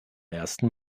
ersten